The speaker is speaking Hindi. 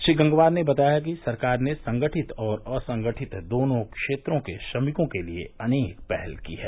श्रीगंगवार ने बताया कि सरकार ने संगठित और असंगठित दोनों क्षेत्रों के श्रमिकों के लिए अनेक पहल की है